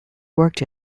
worked